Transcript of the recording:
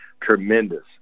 tremendous